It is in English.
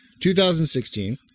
2016